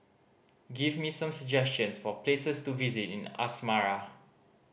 give me some suggestions for places to visit in Asmara